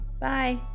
Bye